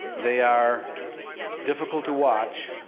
they are difficult to watch,